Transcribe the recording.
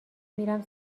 میرم